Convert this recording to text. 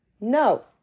no